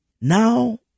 now